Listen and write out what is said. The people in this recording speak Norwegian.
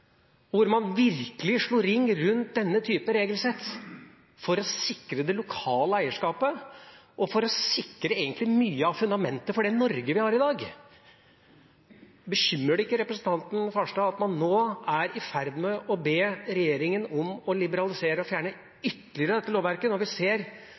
hvor man virkelig slo ring om denne typen regelsett for å sikre det lokale eierskapet og for egentlig å sikre mye av fundamentet for det Norge vi har i dag. Bekymrer det ikke representanten Farstad at man nå er i ferd med å be regjeringa om å liberalisere og fjerne ytterligere dette lovverket, når vi ser